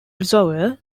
reservoir